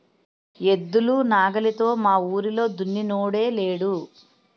ఎద్దులు నాగలితో మావూరిలో దున్నినోడే లేడు